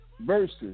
Versus